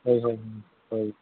ᱦᱳᱭ ᱦᱳᱭ ᱦᱳᱭ